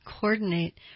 coordinate